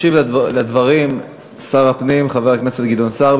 ישיב שר הפנים, חבר הכנסת גדעון סער.